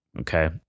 okay